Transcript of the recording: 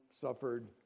suffered